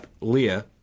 Leah